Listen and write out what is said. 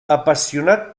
apassionat